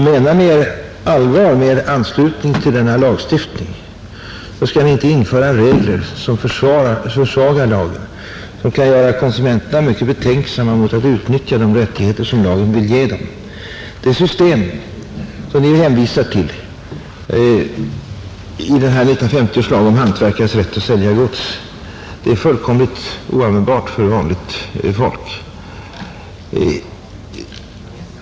Menar ni allvar med er anslutning till denna lagstiftning skall ni inte införa regler som försvagar lagen och kan göra konsumenterna mycket betänksamma mot att utnyttja de rättigheter som lagen vill ge dem. Det system som ni hänvisar till i 1950 års lag om hantverkares rätt att sälja gods är fullkomligt oanvändbart för vanligt folk.